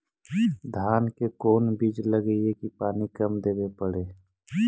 धान के कोन बिज लगईऐ कि पानी कम देवे पड़े?